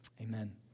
Amen